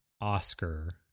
Oscar